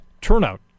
turnout